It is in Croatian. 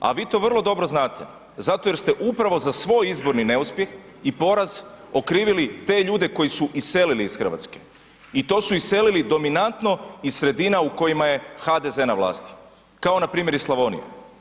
A vi to vrlo dobro znate zato jer ste upravo za svoj izborni neuspjeh i poraz okrivili te ljude koji su iselili iz Hrvatske i to su iselili dominantno iz sredina u kojima je HDZ na vlasti, kao npr. iz Slavonije.